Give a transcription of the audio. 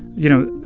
you know,